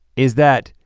is that,